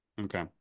Okay